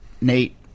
Nate